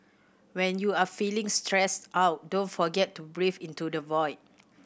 when you are feeling stressed out don't forget to breathe into the void